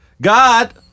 God